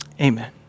amen